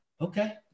okay